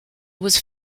was